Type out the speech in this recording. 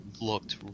looked